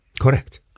Correct